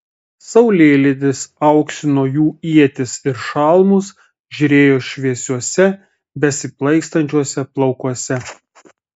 saulėlydis auksino jų ietis ir šalmus žėrėjo šviesiuose besiplaikstančiuose plaukuose